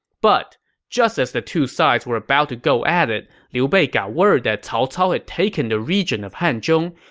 but just as the two sides were about to go at it, liu bei got word that cao cao had taken the region of hanzhong,